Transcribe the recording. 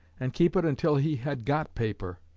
and keep it until he had got paper.